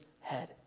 head